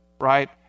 right